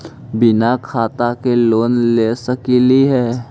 बिना खाता के लोन ले सकली हे?